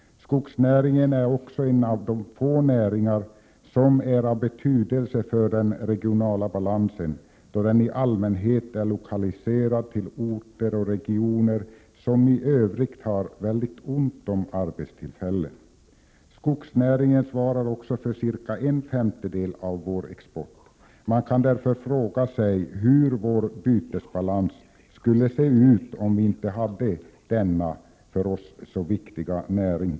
Skogsnäringen är också en av de få näringar som är av betydelse för den regionala balansen, då den i allmänhet är lokaliserad till orter och regioner som i övrigt har mycket ont om arbetstillfällen. Skogsnäringen svarar också för cirka en femtedel av vår export. Man kan därför fråga sig hur vår bytesbalans skulle se ut om vi inte hade denna för oss så viktiga näring.